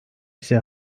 ise